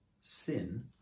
sin